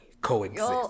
coexist